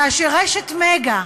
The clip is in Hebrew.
כאשר "רשת מגה"